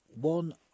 One